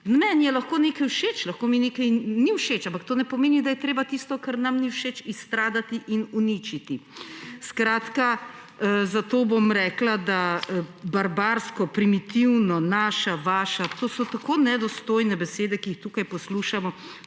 Meni je lahko nekaj všeč, lahko mi nekaj ni všeč, ampak to ne pomeni, da je treba tisto, kar nam ni všeč, izstradati in uničiti. Zato bom rekla, da barbarsko, primitivno, naša, vaša, to so tako nedostojne besede, ki jih tukaj poslušamo.